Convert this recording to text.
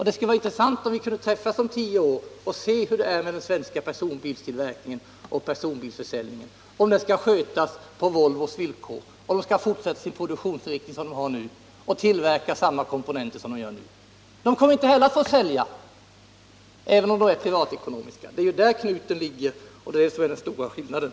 Det skulle vara intressant om vi kunde träffas om tio år och se hur det är med den svenska personbilstillverkningen och försäljningen då, om den skall skötas på Volvos villkor, om man skall fortsätta den produktionsinriktning man har nu och tillverka samma komponenter som man gör nu. Bilföretagen kommer inte heller att få sälja, även om de är privatekonomiska. Det är där knuten ligger.